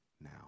now